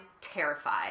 terrified